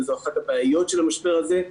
זו אחת הבעיות של המשבר זה.